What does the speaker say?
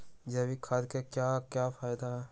जैविक खाद के क्या क्या फायदे हैं?